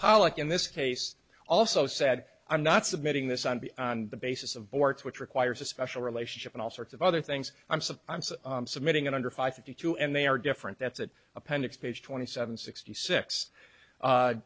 pollock in this case also said i'm not submitting this on the basis of boortz which requires a special relationship and all sorts of other things i'm so so meeting under five fifty two and they are different that's an appendix page twenty seven sixty six